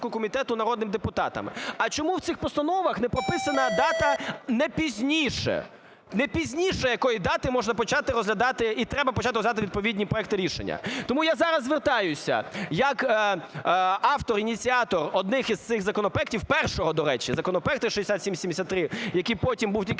комітету народним депутатам. А чому в цих постановах не прописана дата не пізніше, не пізніше якої дати можна почати розглядати і треба почати розглядати відповідні проекти рішення? Тому я зараз звертаюся як автор, ініціатор одного із цих законопроектів, першого, до речі, законопроекту 6773, який потім був тільки